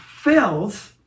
fills